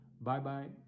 Bye-bye